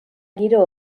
giro